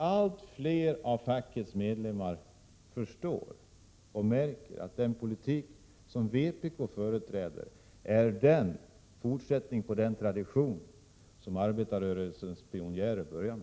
Allt fler av fackets medlemmar förstår och märker nämligen att den politik som vpk företräder är en fortsättning på den tradition som arbetarrörelsens pionjärer inledde.